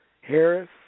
Harris